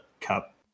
cup